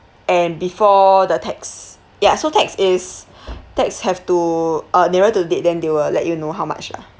and before the tax ya so tax is tax have to uh nearer to date then they will let you know how much ah